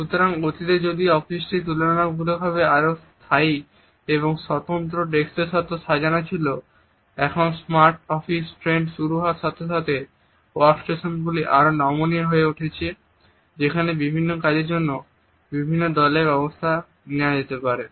সুতরাং অতীতে যদি অফিসটি তুলনামূলকভাবে আরও স্থায়ী এবং স্বতন্ত্র ডেস্কের সাথে সাজানো ছিল এখন স্মার্ট অফিস ট্রেন্ড শুরু হওয়ার সাথে সাথে ওয়ার্কস্টেশনগুলি আরও নমনীয় হয়ে উঠেছে যেখানে বিভিন্ন কাজের জন্য বিভিন্ন দলের ব্যবস্থা করা যেতে পারে